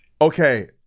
Okay